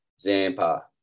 Zampa